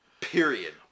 Period